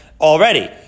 already